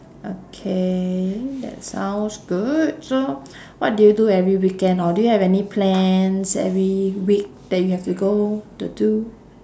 okay that sounds good so what do you do every weekend or do have any plans every week that you have to go to do